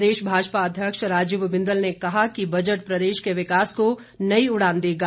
प्रदेश भाजपा अध्यक्ष राजीव बिंदल ने कहा कि बजट प्रदेश के विकास को नई उड़ान देगा